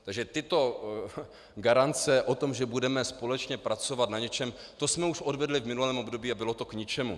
Takže tyto garance o tom, že budeme společně pracovat na něčem, to jsme už odvedli v minulém období a bylo to k ničemu.